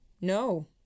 No